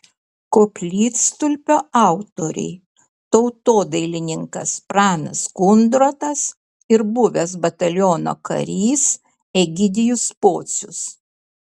koplytstulpio autoriai tautodailininkas pranas kundrotas ir buvęs bataliono karys egidijus pocius